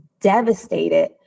devastated